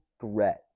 threat